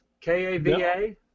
K-A-V-A